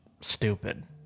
stupid